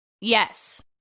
yes